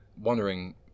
wondering